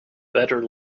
better